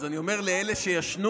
אז אני אומר לאלה שישנו,